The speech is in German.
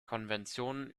konventionen